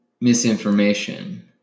misinformation